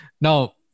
now